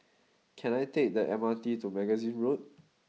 can I take the M R T to Magazine Road